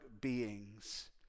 beings